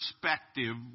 perspective